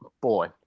boy